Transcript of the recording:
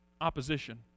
opposition